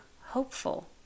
hopeful